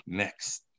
next